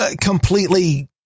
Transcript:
completely